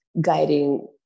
guiding